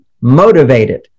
motivated